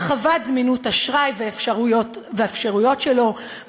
הרחבת זמינות אשראי והאפשרויות שלו,